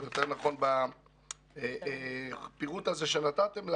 או יותר נכון בפירוט הזה שנתתם לנו,